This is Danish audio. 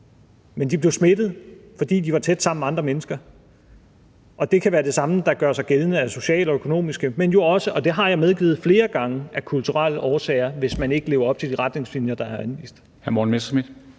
Men de blev smittet, fordi de var tæt sammen med andre mennesker. Det kan være det samme, der gør sig gældende af sociale og økonomiske, men jo også – og det har jeg medgivet flere gange – af kulturelle årsager, hvis man ikke lever op til de retningslinjer, der er anvist.